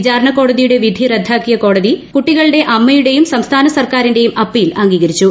വിചാരണക്കോടതിയുടെ വിധി റദ്ദാക്കിയ ഹൈക്കോടതി കുട്ടികളുടെ അമ്മയുടെയും സംസ്ഥാന സർക്കാരിന്റെയും അപ്പീൽ അംഗീകരിച്ചു